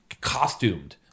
Costumed